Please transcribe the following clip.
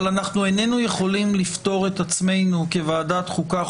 אבל אנחנו איננו יכולים לפטור את עצמנו כוועדת החוקה,